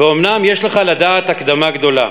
"ואומנם יש לך לדעת הקדמה גדולה,